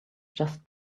just